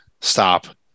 Stop